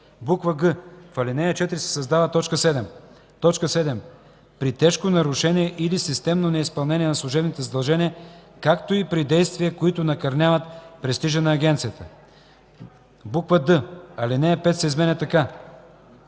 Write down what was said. г) в ал. 4 се създава т. 7: „7. при тежко нарушение или системно неизпълнение на служебните задължения, както и при действия, които накърняват престижа на агенцията;” д) алинея 5 се изменя така: